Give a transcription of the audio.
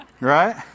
Right